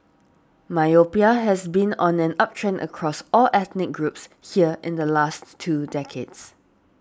myopia has been on an uptrend across all ethnic groups here in the last two decades